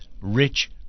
rich